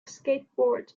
skateboard